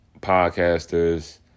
podcasters